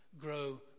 grow